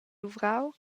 luvrau